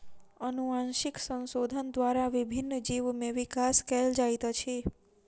अनुवांशिक संशोधन द्वारा विभिन्न जीव में विकास कयल जाइत अछि